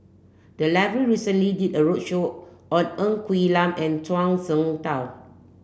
the library recently did a roadshow on Ng Quee Lam and Zhuang Shengtao